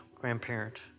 grandparent